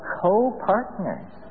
co-partners